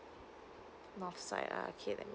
north side ah okay let me